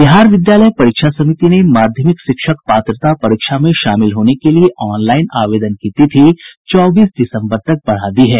बिहार विद्यालय परीक्षा समिति ने माध्यमिक शिक्षा पात्रता परीक्षा में शामिल होने के लिए ऑनलाईन आवेदन की तिथि चौबीस दिसम्बर तक बढ़ा दी है